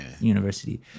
university